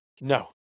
No